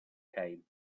came